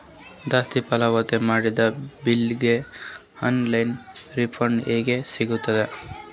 ಜಾಸ್ತಿ ಪಾವತಿ ಮಾಡಿದ ಬಿಲ್ ಗ ಆನ್ ಲೈನ್ ರಿಫಂಡ ಹೇಂಗ ಸಿಗತದ?